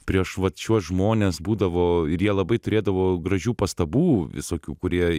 prieš vat šiuos žmones būdavo ir jie labai turėdavo gražių pastabų visokių kur jie